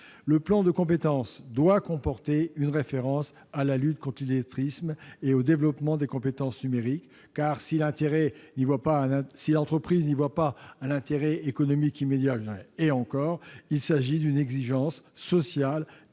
Le plan de compétences doit comporter une référence à la lutte contre l'illettrisme et au développement des compétences numériques, car, si l'entreprise n'y voit pas un intérêt économique immédiat- et encore -, il s'agit d'une exigence sociale